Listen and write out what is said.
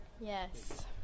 Yes